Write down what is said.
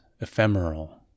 ephemeral